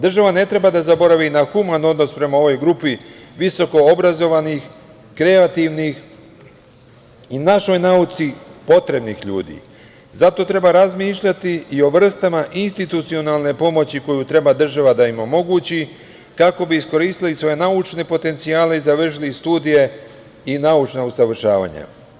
Država ne treba da zaboravi na human odnos prema ovoj grupi visoko obrazovanih, kreativnih i našoj nauci potrebnih ljudi zato treba razmišljati i o vrstama institucionalne pomoći koju treba država da im omogući kako bi iskoristili svoje naučne potencijale i završili studije i naučna usavršavanja.